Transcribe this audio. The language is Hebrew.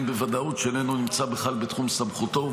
בוודאות שאיננו נמצא בכלל בתחום סמכותו.